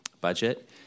budget